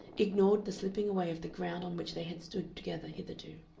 ignored the slipping away of the ground on which they had stood together hitherto.